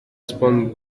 assinapol